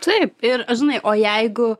taip ir žinai o jeigu